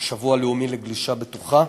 השבוע הלאומי לגלישה בטוחה,